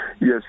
Yes